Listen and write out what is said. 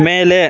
ಮೇಲೆ